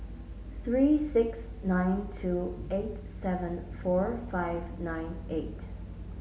three six nine two eight seven four five nine eight